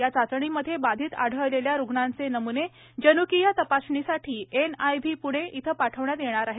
या चाचणीमध्ये बाधित आढळलेल्या रुग्णांचे नम्ने जन्कीय तपासणीसाठी एन आय व्ही प्णे येथे पाठविण्यात येतील